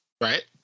Right